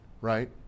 right